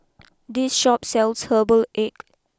this Shop sells Herbal Egg